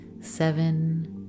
Seven